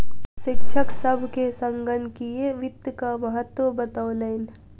शिक्षक सभ के संगणकीय वित्तक महत्त्व बतौलैन